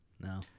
No